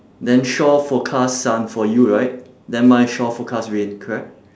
then shore forecast sun for you right then mine shore forecast rain correct